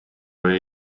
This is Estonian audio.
oli